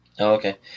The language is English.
Okay